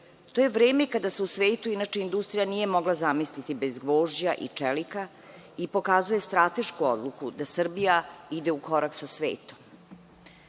To je vreme kada se u svetu industrija nije mogla zamisliti bez gvožđa i čelika i pokazuje stratešku odluku da Srbija ide u korak sa svetom.